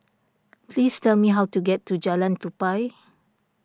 please tell me how to get to Jalan Tupai